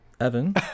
Evan